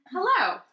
Hello